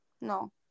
No